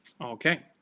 Okay